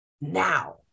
now